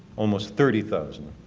almost thirty thousand,